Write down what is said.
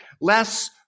less